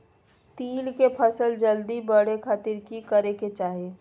तिल के फसल जल्दी बड़े खातिर की करे के चाही?